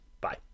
Bye